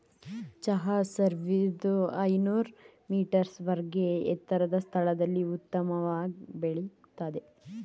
ಚಹಾ ಸಾವಿರ್ದ ಐನೂರ್ ಮೀಟರ್ಸ್ ವರ್ಗೆ ಎತ್ತರದ್ ಸ್ಥಳದಲ್ಲಿ ಉತ್ತಮವಾಗ್ ಬೆಳಿತದೆ